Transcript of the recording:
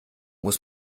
muss